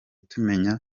tumenya